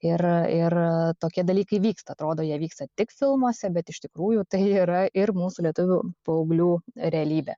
ir ir tokie dalykai vyksta atrodo jie vyksta tik filmuose bet iš tikrųjų tai yra ir mūsų lietuvių paauglių realybė